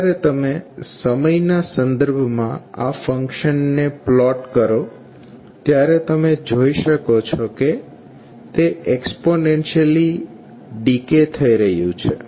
જ્યારે તમે સમયના સંદર્ભમાં આ ફંક્શન ને પ્લોટ કરો ત્યારે તમે જોઈ શકો છો કે તે એક્સ્પોનેંશિયલિ ડિકે થઈ રહ્યું છે